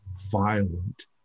violent